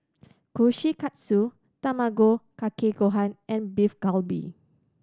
Kushikatsu Tamago Kake Gohan and Beef Galbi